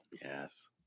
Yes